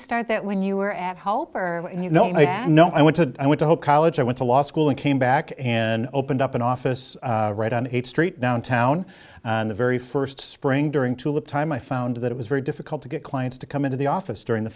start that when you were at help or you know you know i went to i went to whole college i went to law school and came back and opened up an office right on eighth street downtown in the very first spring during tulip time i found that it was very difficult to get clients to come into the office during the